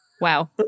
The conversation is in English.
wow